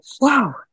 Wow